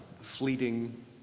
fleeting